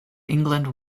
england